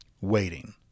waiting